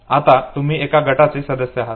आता तुम्ही एका गटाचे सदस्य आहात